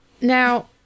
now